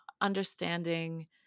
understanding